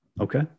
Okay